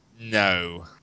no